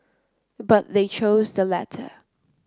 but they chose the latter